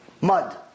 mud